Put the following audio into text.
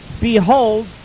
behold